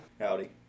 howdy